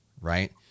right